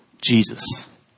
Jesus